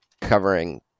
covering